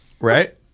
Right